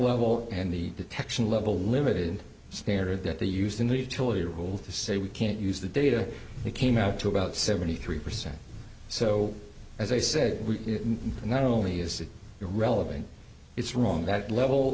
level and the detection level limited standard that they use the new tool you will to say we can't use the data that came out to about seventy three percent so as i said we not only is it your relevant it's wrong that level